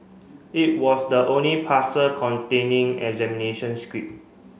it was the only parcel containing examination script